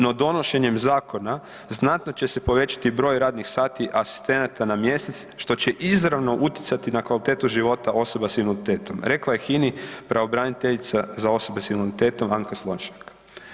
No donošenjem zakona znatno će se povećati broj radnih sati asistenata na mjesec što će izravno utjecati na kvalitetu života osobe s invaliditetom, rekla je HINA-i pravobraniteljica za osobe s invaliditetom Anka Slonjšak“